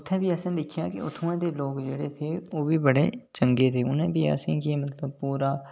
उत्थै बी असें दिक्खेआ कि उत्थुआं दे लोक जेह्डे़ हे ओह् बी बडे़े चगें हे उ'नें बी असेंगी मतलब पूरा